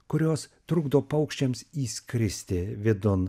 kurios trukdo paukščiams įskristi vidun